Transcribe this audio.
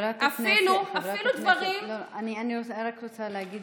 חברת הכנסת, אני רק רוצה להגיד